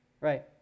right